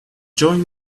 join